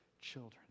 children